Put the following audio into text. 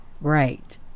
Right